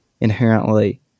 inherently